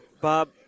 Bob